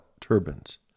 turbines